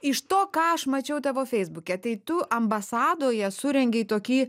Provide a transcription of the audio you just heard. iš to ką aš mačiau tavo feisbuke tai tu ambasadoje surengei tokį